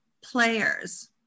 players